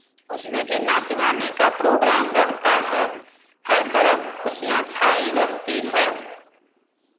उसमें भी नाच गाने का प्रोग्राम रहता है हर तरफ खुशियाँ छाई रहती है